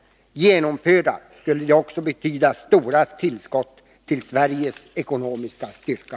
Genomförda skulle de också betyda stora tillskott till Sveriges ekonomiska styrka.